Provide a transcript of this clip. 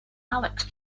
alex